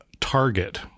target